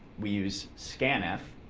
we use scanf.